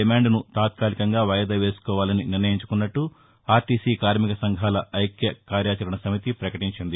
దిమాంద్ను తాత్కాలికంగా వాయిదా వేసుకోవాలని నిర్ణయించుకున్నట్ట ఆర్టీసీ కార్మిక సంఘాల ఐక్య కార్యాచరణ సమితి పకటించింది